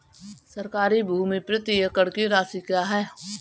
सरकारी भूमि प्रति एकड़ की राशि क्या है?